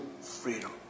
freedom